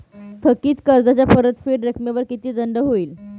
थकीत कर्जाच्या परतफेड रकमेवर किती दंड होईल?